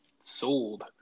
sold